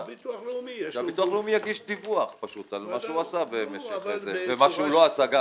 הביטוח הלאומי יגיש דיווח על מה שהוא עשה וגם על מה שהוא לא עשה.